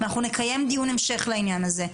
אנחנו נקיים דיון המשך לענין הזה.